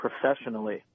professionally